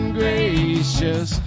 gracious